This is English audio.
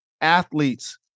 athletes